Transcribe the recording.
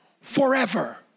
forever